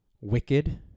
wicked